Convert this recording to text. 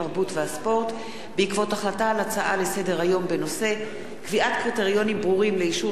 התרבות והספורט בעקבות דיון בנושא: קביעת קריטריונים ברורים לאישור